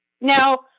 Now